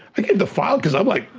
i keep the file cause i'm like,